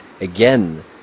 again